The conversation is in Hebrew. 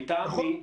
מטעם מי?